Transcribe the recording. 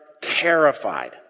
terrified